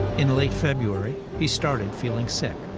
in late february, he started feeling sick.